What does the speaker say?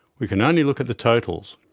we can only look at the totals.